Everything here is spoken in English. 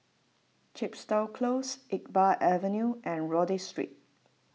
Chepstow Close Iqbal Avenue and Rodyk Street